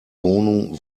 wohnung